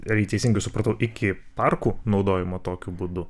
jei teisingai supratau iki parkų naudojimo tokiu būdu